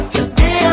Today